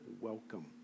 welcome